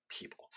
people